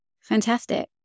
Fantastic